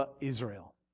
Israel